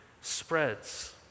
spreads